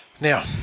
Now